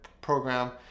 program